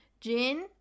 Jin